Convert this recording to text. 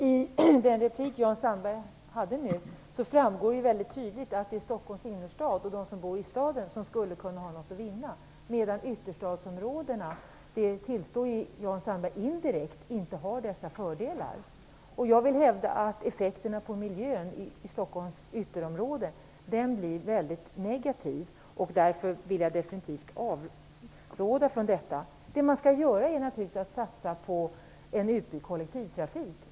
Herr talman! Av Jan Sandbergs replik framgår det väldigt tydligt att det är Stockholms innerstad och de som bor i staden som skulle kunna ha något att vinna, medan ytterstadsområdena - det tillstår Jan Sandberg indirekt - inte har dessa fördelar. Jag vill hävda att effekterna på miljön i Stockholms ytterområden blir väldigt negativa, och därför vill jag definitivt avråda från detta. Det man skall göra är naturligtvis att satsa på en utbyggd kollektivtrafik.